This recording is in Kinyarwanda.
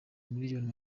miliyoni